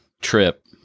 trip